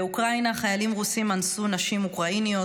באוקראינה חיילים רוסים אנסו נשים אוקראיניות.